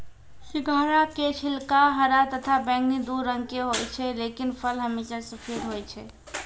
सिंघाड़ा के छिलका हरा तथा बैगनी दू रंग के होय छै लेकिन फल हमेशा सफेद होय छै